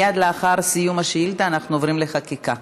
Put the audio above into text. מייד לאחר סיום השאילתה אנחנו עוברים לחקיקה.